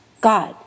God